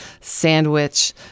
Sandwich